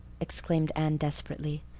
exclaimed anne desperately.